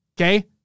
okay